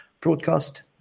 broadcast